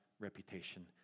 reputation